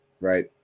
right